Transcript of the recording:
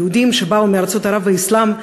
היהודים שבאו מארצות ערב והאסלאם,